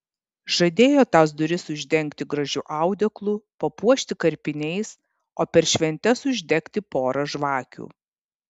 žadėjo tas duris uždengti gražiu audeklu papuošti karpiniais o per šventes uždegti porą žvakių